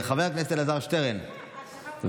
חבר הכנסת אלעזר שטרן, בבקשה.